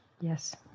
Yes